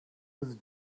was